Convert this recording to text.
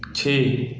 ਛੇ